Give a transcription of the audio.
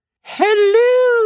Hello